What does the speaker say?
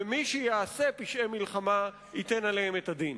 ומי שיעשה פשעי מלחמה ייתן עליהם את הדין.